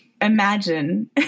imagine